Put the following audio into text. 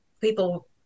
people